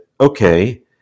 okay